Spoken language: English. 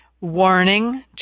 Warning